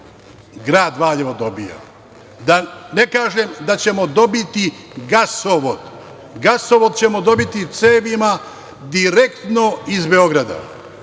grad Valjevo dobija, a da ne kažem da ćemo dobiti gasovod. Gasovod ćemo dobiti cevima direktno iz Beograda. Šta